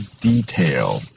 detail